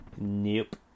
Nope